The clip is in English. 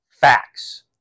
facts